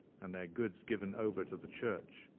and their goods given over to the church.